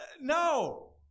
no